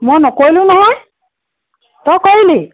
মই নকৰিলোঁ নহয় তই কৰিলি